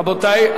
רבותי,